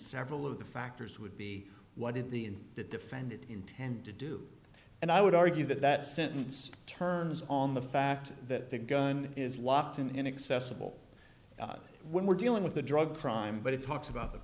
several of the factors would be what did the in the defendant intend to do and i would argue that that sentence turns on the fact that the gun is locked in inaccessible when we're dealing with the drug crime but it's talks about the